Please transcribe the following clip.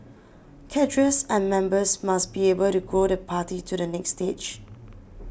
cadres and members must be able to grow the party to the next stage